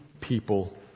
people